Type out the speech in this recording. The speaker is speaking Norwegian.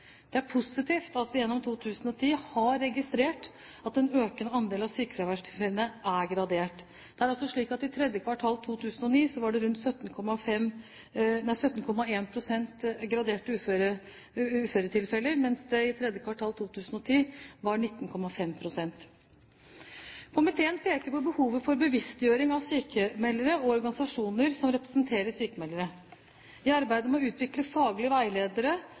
Det er positivt at vi gjennom 2010 har registrert at en økende andel av sykefraværstilfellene er gradert. Det er slik at i tredje kvartal 2009 var det rundt 17,1 pst. graderte uføretilfeller, mens det i tredje kvartal 2010 var 19,5 pst. Komiteen peker på behovet for bevisstgjøring av sykmeldere og organisasjoner som representerer sykmeldere. I arbeidet med å utvikle faglige veiledere